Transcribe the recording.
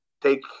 take